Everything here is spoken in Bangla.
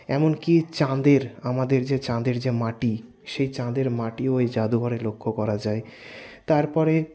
এমন কি চাঁদের আমাদের যে চাঁদের যে মাটি সেই চাঁদের মাটিও এই জাদুঘরে লক্ষ্য করা যায় তার পরে